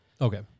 Okay